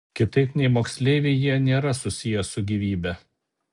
kitaip nei moksleiviai jie nėra susiję su gyvybe